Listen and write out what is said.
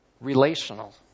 relational